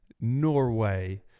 Norway